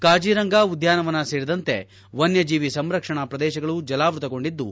ಕಾಜಿರಂಗ ಉದ್ದಾನವನ ಸೇರಿದಂತೆ ವನ್ನಜೀವಿ ಸಂರಕ್ಷಣಾ ಪ್ರದೇಶಗಳು ಜಲಾವೃತಗೊಂಡಿದ್ದು